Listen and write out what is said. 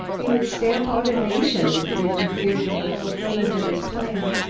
he would stamp out a nation if it interfered with the fulfillment of his plan,